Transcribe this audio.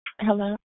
Hello